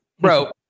Bro